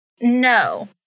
No